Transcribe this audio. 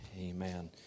amen